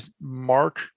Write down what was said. mark